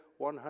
100%